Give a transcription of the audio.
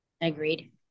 Agreed